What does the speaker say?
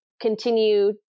continue